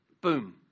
boom